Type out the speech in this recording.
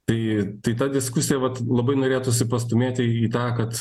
tai tai tą diskusiją vat labai norėtųsi pastūmėti į tą kad